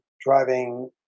driving